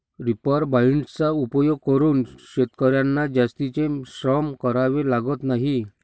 reaper बाइंडर्सचा उपयोग करून शेतकर्यांना जास्तीचे श्रम करावे लागत नाही